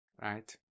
right